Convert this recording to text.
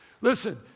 Listen